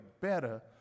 better